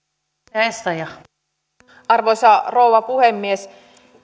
arvoisa rouva puhemies